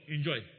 enjoy